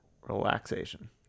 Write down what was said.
relaxation